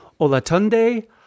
Olatunde